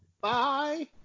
Bye